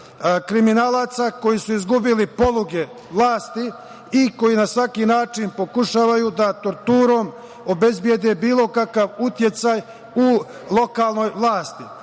kriminalaca koji su izgubili poluge vlasti i koji na svaki način pokušavaju da torturom obezbede bilo kakav uticaj u lokanoj